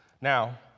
Now